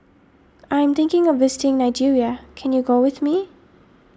I am thinking of visiting Nigeria can you go with me